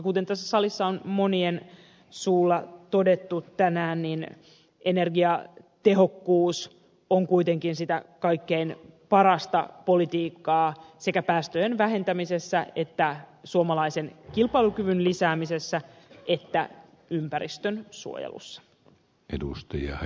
kuten tässä salissa on monien suulla todettu tänään niin energiatehokkuus on kuitenkin sitä kaikkein parasta politiikkaa sekä päästöjen vähentämisessä ja suomalaisen kilpailukyvyn lisäämisessä että ympäristönsuojelussa